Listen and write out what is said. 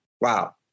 wow